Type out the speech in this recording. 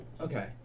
Okay